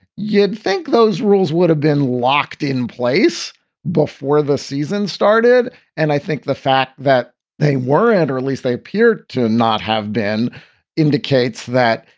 you'd think those rules would have been locked in place before the season started. and i think the fact that they were at or at least they appeared to not have been indicates that,